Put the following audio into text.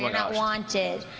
like not wanted.